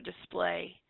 display